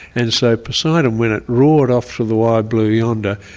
and so poseidon when it roared off for the wide blue yonder,